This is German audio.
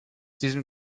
diesem